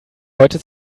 heute